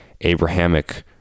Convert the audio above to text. Abrahamic